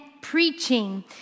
preaching